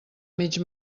mig